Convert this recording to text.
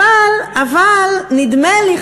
אבל נדמה לי,